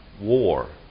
war